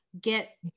get